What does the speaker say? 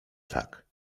tak